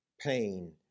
pain